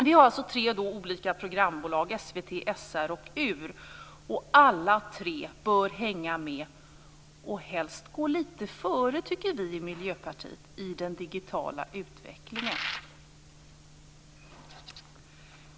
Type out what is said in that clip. Vi har alltså tre olika programbolag: SVT, SR och UR, och alla tre bör hänga med och helst gå lite före, tycker vi i Miljöpartiet, i den digitala utvecklingen.